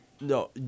No